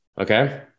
Okay